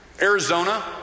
Arizona